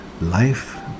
life